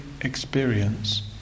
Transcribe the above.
experience